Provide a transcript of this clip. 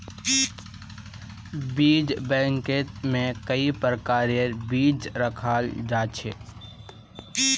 बीज बैंकत में कई प्रकारेर बीज रखाल जा छे